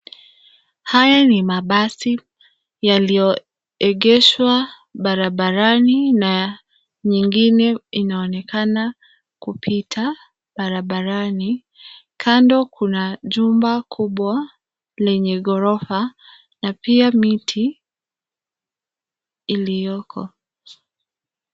Haya ni mabasi yaliyoegeshwa barabarani na nyingine inaonekana kupita barabarani. Kando kuna jumba kubwa la gorofa na pia miti iliyoko.